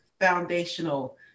foundational